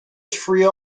pretty